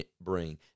bring